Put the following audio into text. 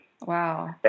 Wow